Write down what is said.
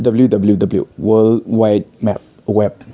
W W W world wide map web